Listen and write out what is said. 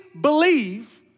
believe